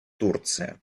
турция